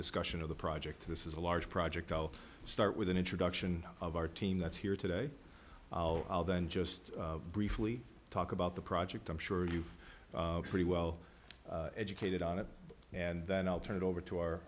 discussion of the project this is a large project i'll start with an introduction of our team that's here today i'll then just briefly talk about the project i'm sure you've pretty well educated on it and then i'll turn it over to our